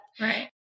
right